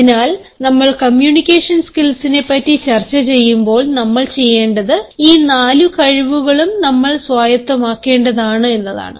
അതിനാൽ നമ്മൾ കമ്മ്യൂണിക്കേഷൻ സ്കിൽസിനെപ്പറ്റി ചർച്ചചെയ്യുമ്പോൾ നമ്മൾ ചെയ്യേണ്ടത് ഈ 4 കഴിവുകളും നമ്മൾ സ്വായത്തമാക്കേണ്ടതാണ്